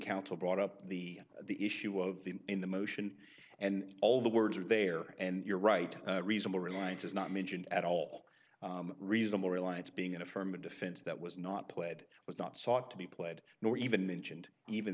counsel brought up the the issue of the in the motion and all the words are there and you're right reasonable reliance is not mentioned at all reasonable reliance being in a firm a defense that was not played was not sought to be played nor even mentioned even